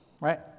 Right